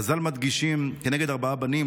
חז"ל מדגישים "כנגד ארבעה בנים",